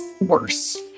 worse